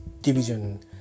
division